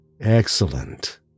Excellent